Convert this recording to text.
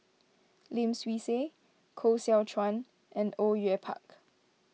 Lim Swee Say Koh Seow Chuan and Au Yue Pak